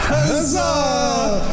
Huzzah